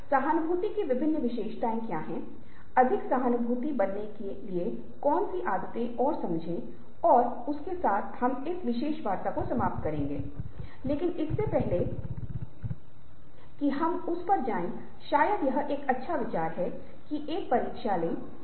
मैं निश्चित रूप सेआपके साथ एक लिंक साझा करूँगा और मैं उन्हें चर्चा मंच पर निश्चित रूप से साझा करूंगा जहां आप देख सकते हैं कि जब हम इस तरह की गतिविधि पर विचार करते हैं तो लोग कैसे समझ लेते हैं